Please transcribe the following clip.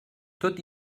tot